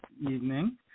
evening